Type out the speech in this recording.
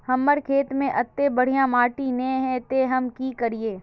हमर खेत में अत्ते बढ़िया माटी ने है ते हम की करिए?